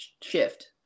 shift